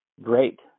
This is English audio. great